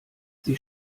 sie